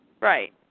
Right